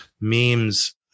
memes